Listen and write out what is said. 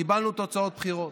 קיבלנו תוצאות בחירות.